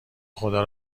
خدا